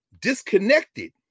disconnected